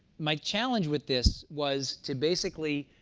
my challenge with this was to basically